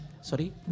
Sorry